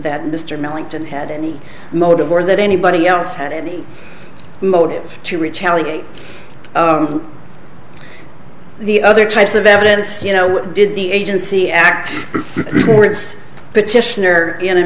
that mr millington had any motive or that anybody else had any motive to retaliate the other types of evidence you know what did the agency act towards petitioner in a